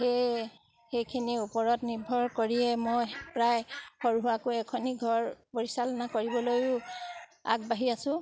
সেয়ে সেইখিনি ওপৰত নিৰ্ভৰ কৰিয়ে মই প্ৰায় সৰুকৈ এখনি ঘৰ পৰিচালনা কৰিবলৈয়ো আগবাঢ়ি আছোঁ